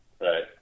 Right